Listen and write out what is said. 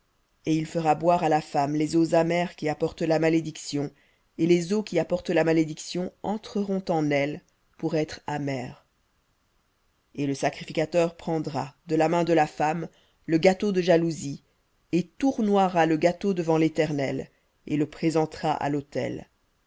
et il fera boire à la femme les eaux amères qui apportent la malédiction et les eaux qui apportent la malédiction entreront en elle pour être amères et le sacrificateur prendra de la main de la femme le gâteau de jalousie et tournoiera le gâteau devant l'éternel et le présentera à l'autel